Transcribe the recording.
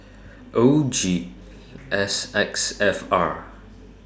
O G S X F R